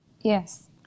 Yes